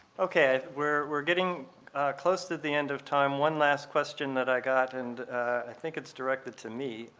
okay. we're we're getting close to the end of time. one last question that i got and i think it's directed to me,